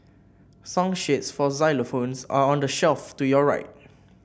song sheets for xylophones are on the shelf to your right